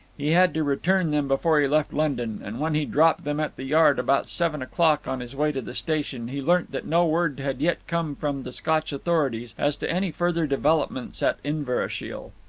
he had to return them before he left london, and when he dropped them at the yard about seven o'clock, on his way to the station, he learnt that no word had yet come from the scotch authorities as to any further developments at inverashiel.